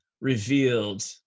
revealed